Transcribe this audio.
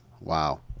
Wow